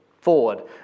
forward